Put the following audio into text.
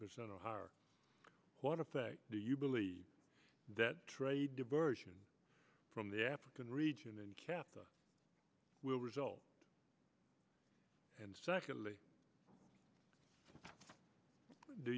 percent or higher what effect do you believe that trade diversion from the african region and cap will result and secondly do